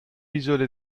isole